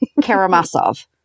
Karamasov